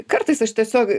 kartais aš tiesiog